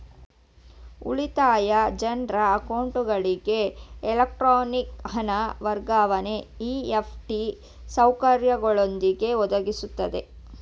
ಉಳಿತಾಯ ಜನ್ರ ಅಕೌಂಟ್ಗಳಿಗೆ ಎಲೆಕ್ಟ್ರಾನಿಕ್ ಹಣ ವರ್ಗಾವಣೆ ಇ.ಎಫ್.ಟಿ ಸೌಕರ್ಯದೊಂದಿಗೆ ಒದಗಿಸುತ್ತೆ